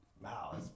wow